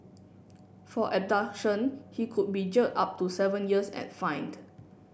for abduction he could be jailed up to seven years and fined